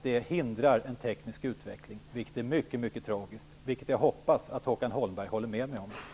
Det hindrar en teknisk utveckling, vilket är mycket tragiskt. Jag hoppas att Håkan Holmberg håller med mig om det.